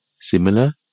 Similar